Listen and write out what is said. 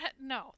no